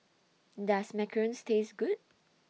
Does Macarons Taste Good